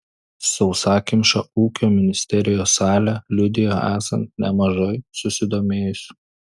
sausakimša ūkio ministerijos salė liudijo esant nemažai susidomėjusių